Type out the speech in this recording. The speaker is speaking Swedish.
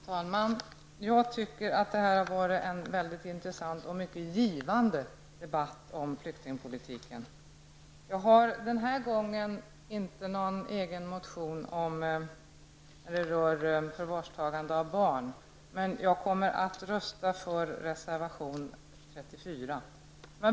Fru talman! Jag tycker att det har varit en intressant och givande debatt om flyktingpolitiken. Jag har denna gång inte väckt någon egen motion som rör förvarstagande av barn, men jag kommer att rösta för reservation 34.